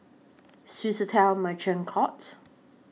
Swissotel Merchant Court